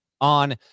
on